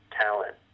talent